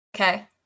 Okay